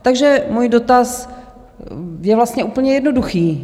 Takže můj dotaz je vlastně úplně jednoduchý: